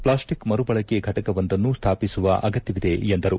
plastic ಮರುಬಳಕೆ ಫೆಟಕವೊಂದನ್ನು ಸ್ಥಾಪಿಸುವ ಅಗತ್ಯವಿದೆ ಎಂದರು